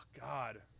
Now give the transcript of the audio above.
God